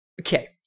okay